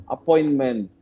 appointment